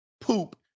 poop